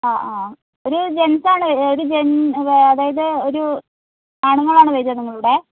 ആ ആ ഒരു ജെൻസാണ് ഒരു അതായത് ഒരു ആണുങ്ങളാണ് വരിക നിങ്ങളുടെ കൂടെ